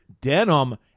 denim